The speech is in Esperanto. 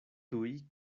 tuj